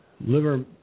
Liver